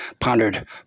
pondered